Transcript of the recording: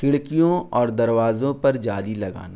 کھڑکیوں اور دروازوں پر جالی لگانا